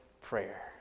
prayer